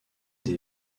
des